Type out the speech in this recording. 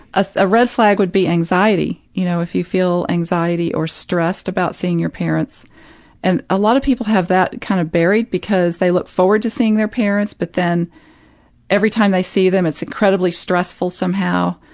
ah a red flag would be anxiety you know, if you feel anxiety or stressed about seeing your parents and a lot of people have that kind of buried, because they look forward to seeing their parents, but then every time they see them it's incredibly stressful somehow,